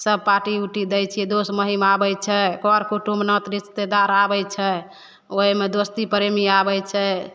सब पार्टी उटी दै छियै दोस महिम आबै छै करकुटुम्ब नोत रिश्तेदार आबै छै ओहिमे दोस्ती प्रेमी आबै छै